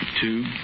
two